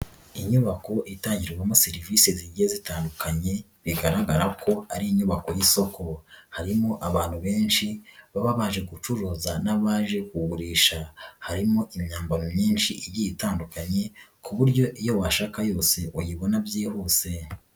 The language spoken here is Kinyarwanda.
Inyubako itangirwamo serivisi zigiye zitandukanye bigaragara ko ari inyubako y'isoko, harimo abantu benshi baba baje gucuruza n'abaje kugurisha, harimo imyambaro myinshi igiye itandukanye ku buryo iyo washaka yose uyibona byihuse.